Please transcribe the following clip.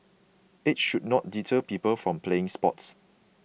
age should not deter people from playing sports